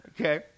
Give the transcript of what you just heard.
Okay